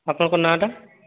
ଆପଣଙ୍କ ନାଁ ଟା